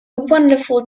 wonderful